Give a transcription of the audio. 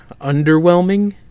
underwhelming